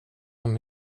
något